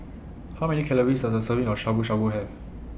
How Many Calories Does A Serving of Shabu Shabu Have